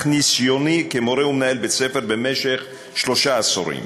ניסיוני כמורה ומנהל בית-ספר במשך שלושה עשורים.